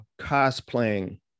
cosplaying